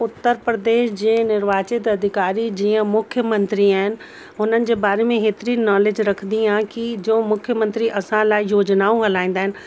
उत्तर प्रदेश जे निर्वाचित अधिकारी जीअं मुख्यमंत्री आहिनि हुनन जे बारे में हेतरी नॉलिज रखदी आहे की जो मुख्यमंत्री असां लाइ योजनाऊं हलाईंदा आहिनि